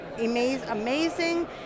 amazing